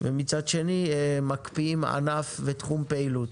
ומצד שני מקפיאים ענף ותחום פעילות.